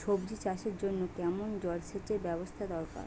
সবজি চাষের জন্য কেমন জলসেচের ব্যাবস্থা দরকার?